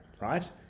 right